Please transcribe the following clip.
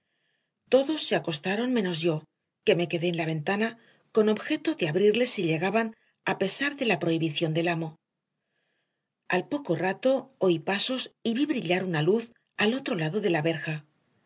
todos se acostaron menos yo que me quedé en la ventana con objeto de abrirles si llegaban a pesar de la prohibición del amo al poco rato oí pasos y vi brillar una luz al otro lado de la verja